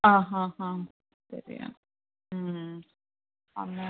അ ഹാ ഹാ ശരിയാണ് അന്നേരം